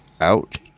out